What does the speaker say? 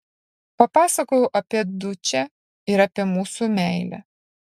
papasakojau apie dučę ir apie mūsų meilę